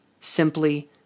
simply